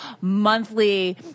monthly